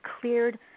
cleared